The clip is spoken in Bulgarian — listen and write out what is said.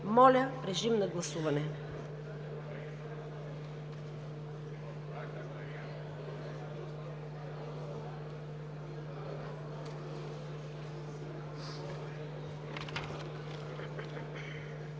Моля, режим на гласуване